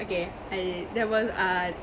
okay err there was ah